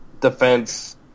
defense